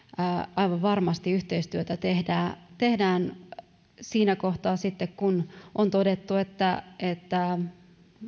aivan varmasti yhteistyötä tehdään tehdään sitten siinä kohtaa kun on todettu että että